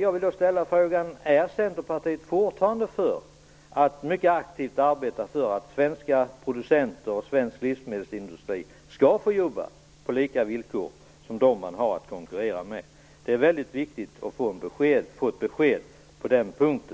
Jag vill då ställa frågan: Är Centerpartiet fortfarande för att mycket aktivt arbeta för att svenska producenter och svensk livsmedelsindustri skall få verka under samma villkor som de som man har att konkurrera med verkar? Det är viktigt att få ett besked på den punkten.